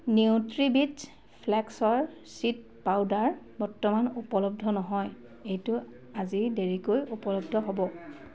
নিউট্ৰিবিটছ ফ্লেক্সৰ seed powder বৰ্তমান উপলব্ধ নহয় এইটো আজি দেৰিকৈ উপলব্ধ হ'ব